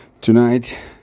Tonight